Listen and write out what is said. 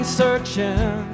searching